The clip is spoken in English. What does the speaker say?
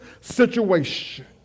situation